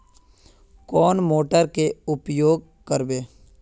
कौन मोटर के उपयोग करवे?